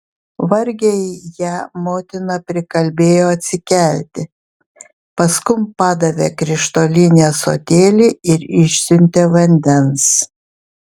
vargiai ją motina prikalbėjo atsikelti paskum padavė krištolinį ąsotėlį ir išsiuntė vandens